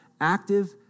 active